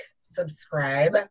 subscribe